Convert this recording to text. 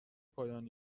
پایان